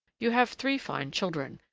you have three fine children,